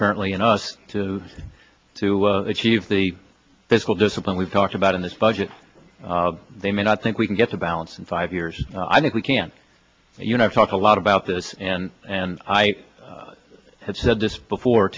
apparently in us to to achieve the fiscal discipline we've talked about in this budget they may not think we can get to balance in five years i think we can you know talk a lot about this and and i have said this before